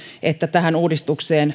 että tähän uudistukseen